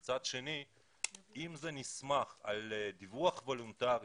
אבל מצד שני אם זה נסמך על דיווח וולנטרי